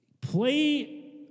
play